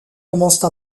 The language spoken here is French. commence